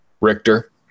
Richter